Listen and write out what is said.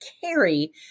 carry